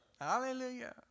Hallelujah